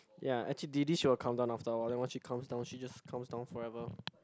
ya actually D D she will come down after a while then once she comes down she just comes down forever